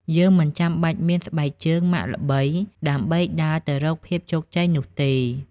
យើងមិនចាំបាច់មាន "ស្បែកជើងម៉ាកល្បី" ដើម្បីដើរទៅរកភាពជោគជ័យនោះទេ។